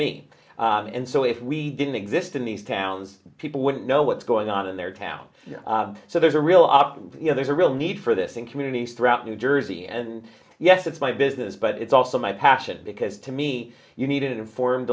me and so if we didn't exist in these towns people wouldn't know what's going on in their town so there's a real option you know there's a real need for this in communities throughout new jersey and yes it's my business but it's also my passion because to me you need an informed